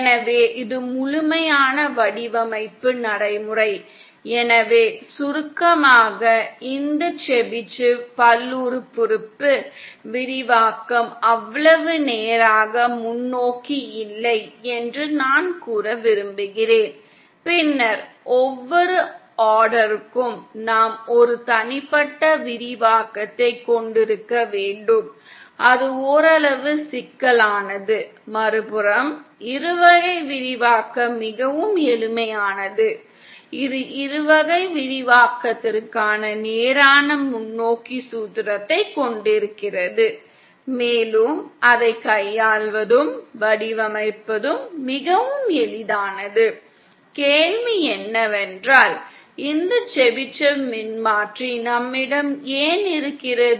எனவே இது முழுமையான வடிவமைப்பு நடைமுறைஎனவே சுருக்கமாக இந்த செபிஷேவ் பல்லுறுப்புறுப்பு விரிவாக்கம் அவ்வளவு நேராக முன்னோக்கி இல்லை என்று நான் கூற விரும்புகிறேன் பின்னர் ஒவ்வொரு ஆர்டருக்கும் நாம் ஒரு தனிப்பட்ட விரிவாக்கத்தைக் கொண்டிருக்க வேண்டும் அது ஓரளவு சிக்கலானது மறுபுறம் இருவகை விரிவாக்கம் மிகவும் எளிமையானது இது இருவகை விரிவாக்கத்திற்கான நேரான முன்னோக்கி சூத்திரத்தைக் கொண்டிருக்கிறது மேலும் அதைக் கையாள்வதும் வடிவமைப்பதும் மிகவும் எளிதானது கேள்வி என்னவென்றால் இந்த செபிஷேவ் மின்மாற்றி நம்மிடம் ஏன் இருக்கிறது